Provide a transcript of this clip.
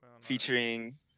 featuring